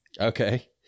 Okay